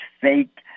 fake